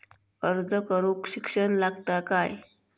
अर्ज करूक शिक्षण लागता काय?